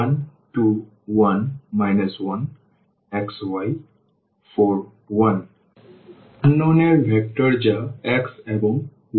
1 2 1 1 x y 4 1 অজানা এর vector যা x এবং y